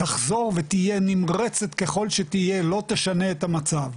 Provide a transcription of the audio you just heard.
תחזור ותהיה נמרצת ככול שתהיה, לא תשנה את המצב,